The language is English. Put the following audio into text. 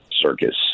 circus